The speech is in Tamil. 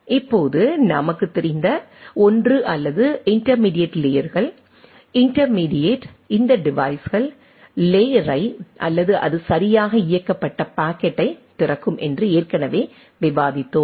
இப்போது நமக்குத் தெரிந்த ஒன்று அல்லது இன்டெர்மீடியட் லேயர்கள் இன்டெர்மீடியட் இந்த டிவைஸ்கள் லேயரை அல்லது அது சரியாக இயக்கப்பட்ட பாக்கெட்டைத் திறக்கும் என்று ஏற்கனவே விவாதித்தோம்